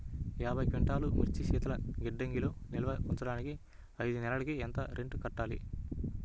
యాభై క్వింటాల్లు మిర్చి శీతల గిడ్డంగిలో నిల్వ ఉంచటానికి ఐదు నెలలకి ఎంత రెంట్ కట్టాలి?